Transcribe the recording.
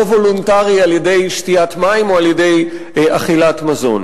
וולונטרי על-ידי שתיית מים או על-ידי אכילת מזון.